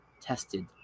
tested